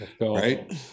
right